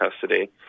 custody